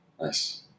Nice